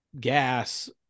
gas